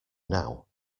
now